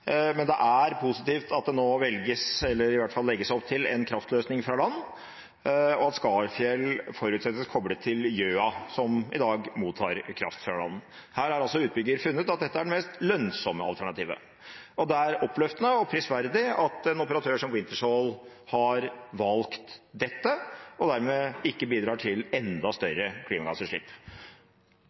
Men det er positivt at det nå velges, eller i hvert fall legges opp til, en kraftløsning fra land, og at Skarfjell forutsettes koblet til Gjøa, som i dag mottar kraft fra land. Her har altså utbyggeren funnet at dette er det mest lønnsomme alternativet. Det er oppløftende og prisverdig at en operatør som Wintershall har valgt dette og dermed ikke bidrar til enda større klimagassutslipp.